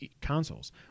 consoles